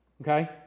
Okay